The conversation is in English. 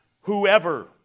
whoever